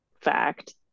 Fact